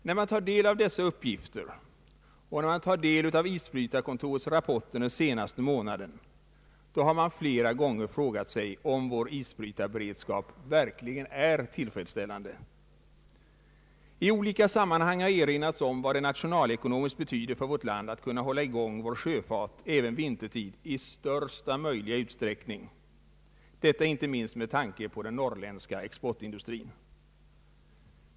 Sedan man tagit del av dessa uppgifter och sedan man tagit del av isbrytarkontorets rapporter den senaste månaden har man flera gånger frågat sig om vår isbrytarberedskap verkligen är tillfredsställande. I olika sammanhang har erinrats om vad det nationalekonomiskt betyder för vårt land att kunna hålla i gång vår sjöfart även vintertid i största möjliga utsträckning — detta inte minst med tanke på den norrländska exportindustrin.